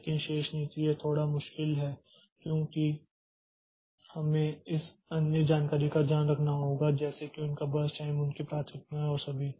लेकिन शेष नीति यह थोड़ा मुश्किल है क्योंकि हमें इस अन्य जानकारी का ध्यान रखना होगा जैसे कि उनका बर्स्ट टाइम उनकी प्राथमिकताएं और सभी